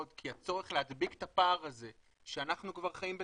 כי הצורך להדביק את הפער הזה שאנחנו כבר חיים בתוכו,